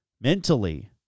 mentally